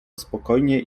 spokojnie